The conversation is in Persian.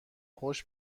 خوش